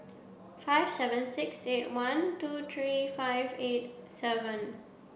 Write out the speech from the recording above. five seven six eight one two three five eight seven